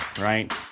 right